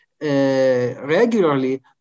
regularly